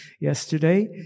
yesterday